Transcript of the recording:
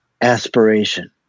aspiration